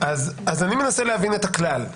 אז אני מנסה להבין את הכלל.